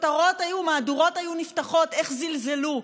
וכותרות ומהדורות היו נפתחות: איך זלזלו,